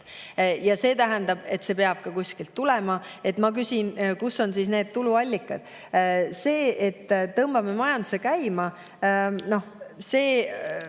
See tähendab, et see [raha] peab ka kuskilt tulema. Ma küsin, kus on siis need tuluallikad. See, et tõmbame majanduse käima, on